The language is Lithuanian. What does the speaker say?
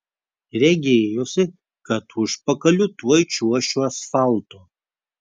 regėjosi kad užpakaliu tuoj čiuošiu asfaltu